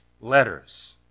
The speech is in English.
letters